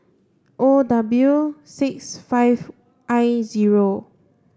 O W six five I zero